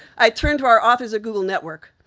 i turned to our authors google network.